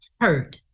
hurt